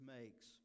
makes